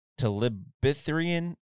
talibithrian